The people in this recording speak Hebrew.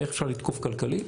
איך אפשר לתקוף כלכלית